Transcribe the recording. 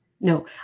No